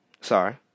sorry